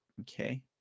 Okay